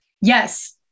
Yes